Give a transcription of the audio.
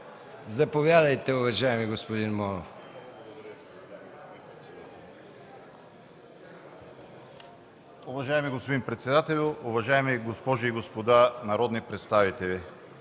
Заповядайте, уважаеми господин Монов.